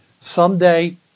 Someday